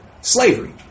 slavery